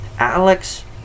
Alex